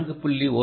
இது 4